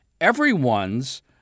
everyone's